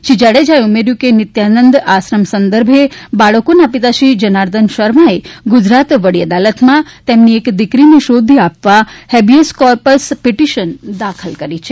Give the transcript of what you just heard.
શ્રી જાડેજાએ ઉમેર્યું કે નિત્યાનંદ આશ્રમ સંદર્ભે બાળકોના પિતા શ્રી જનાર્દન શર્માએ ગુજરાત વડી અદાલતમાં તેમની એક દીકરીને શોધી આપવા હેબિયસ કોપર્સ પીટીશન દાખલ કરી છે